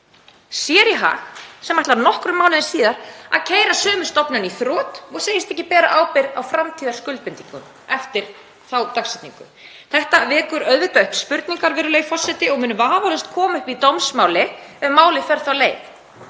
sér í hag, sem ætlar nokkrum mánuðum síðar að keyra sömu stofnun í þrot og segist ekki bera ábyrgð á framtíðarskuldbindingum eftir þá dagsetningu. Þetta vekur auðvitað upp spurningar, virðulegi forseti, og mun vafalaust koma upp í dómsmáli ef málið fer þá leið.